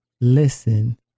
listen